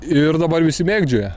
ir dabar visi mėgdžioja